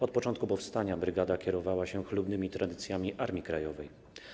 Od początku powstania brygada kierowała się chlubnymi tradycjami Armii Krajowej.